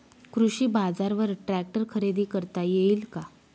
कृषी बाजारवर ट्रॅक्टर खरेदी करता येईल का?